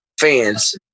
fans